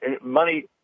money